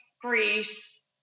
Greece